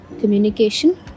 communication